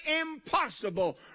impossible